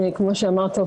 כפי שאמרת,